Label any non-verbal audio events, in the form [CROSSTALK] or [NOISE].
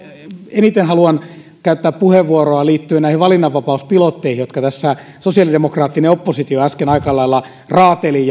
eniten haluan käyttää puheenvuoroa liittyen näihin valinnanvapauspilotteihin jotka tässä sosiaalidemokraattinen oppositio äsken aika lailla raateli [UNINTELLIGIBLE]